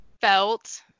felt